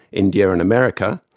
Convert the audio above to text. india and america,